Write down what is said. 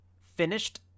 finished